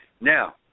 Now